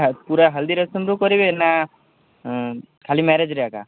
ପୁରା ହଲ୍ଦି ରସମ୍ରୁ କରିବେ ନା ଖାଲି ମ୍ୟାରେଜ୍ରେ ଏକା